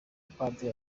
padiri